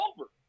over